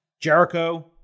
Jericho